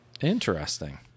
Interesting